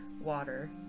water